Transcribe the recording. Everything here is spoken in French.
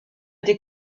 des